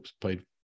played